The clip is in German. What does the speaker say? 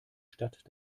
stadt